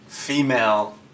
Female